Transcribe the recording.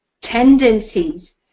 tendencies